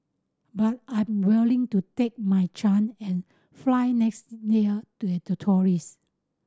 but I'm willing to take my chance and fly next year to as a tourist